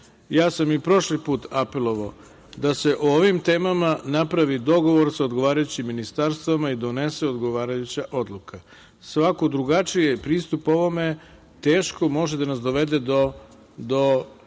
ja sam i prošli put apelovao da se o ovim temama napravi dogovor sa odgovarajućim ministarstvom i donese odgovarajuća odluka. Svaki drugačiji pristup ovome teško može da nas dovede do